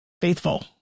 faithful